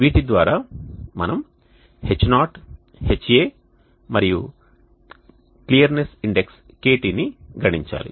వీటి ద్వారా మనం H0 Ha clearance index KT ని ను గణించాలి